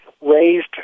raised